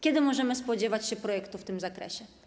Kiedy możemy spodziewać się projektu w tym zakresie?